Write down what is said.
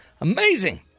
Amazing